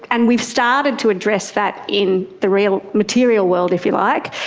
and we've started to address that in the real material world, if you like,